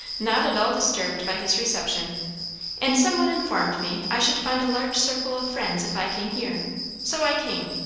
not at all disturbed by his reception and some one informed me i should find a large circle of friends if i came here so i came.